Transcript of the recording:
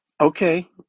okay